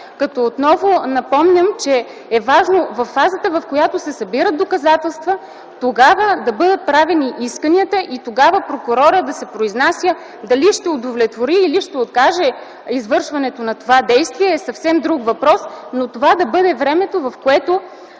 Отново напомням, че е важно във фазата на събиране на доказателства да бъдат направени исканията и тогава прокурорът да се произнася дали ще удовлетвори или ще откаже извършването на това действие, което е друг въпрос, но това да бъде времето, в което